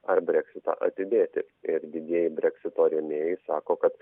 ar breksitą atidėti ir didieji breksito rėmėjai sako kad